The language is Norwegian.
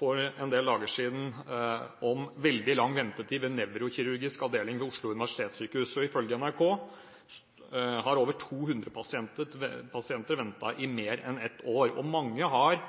for en del dager siden saken om veldig lang ventetid ved nevrokirurgisk avdeling på Oslo universitetssykehus, og ifølge NRK har over 200 pasienter ventet i mer enn ett år. Mange har